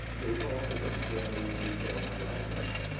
but we also get very detailed and granular.